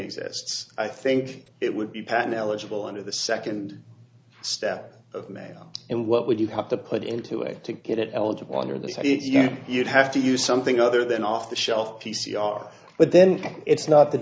exists i think it would be patton eligible under the second step of mail and what would you have to put into it to get it eligible under the sod it yeah you'd have to use something other than off the shelf p c r but then it's not the